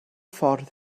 ffordd